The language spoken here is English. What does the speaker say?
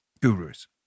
gurus